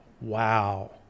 wow